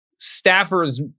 staffers